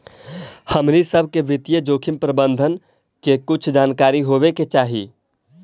हमनी सब के वित्तीय जोखिम प्रबंधन के कुछ जानकारी होवे के चाहि